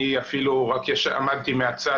אני רק עמדתי מהצד,